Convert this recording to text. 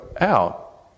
out